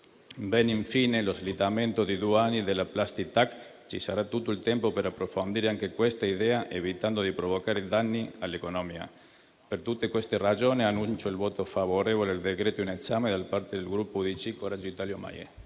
Bene, infine, lo slittamento di due anni della *plastic tax*; ci sarà tutto il tempo per approfondire anche questa idea, evitando di provocare danni all'economia. Per tutte queste ragioni, annuncio il voto favorevole al decreto in esame da parte del Gruppo UDC-Coraggio Italia-MAIE.